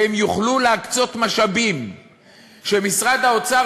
והם יוכלו להקצות משאבים כשמשרד האוצר